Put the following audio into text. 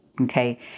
okay